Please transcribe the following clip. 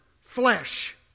Flesh